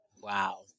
Wow